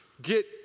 get